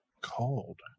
cold